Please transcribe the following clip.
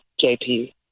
JP